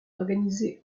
organisé